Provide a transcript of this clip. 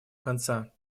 конца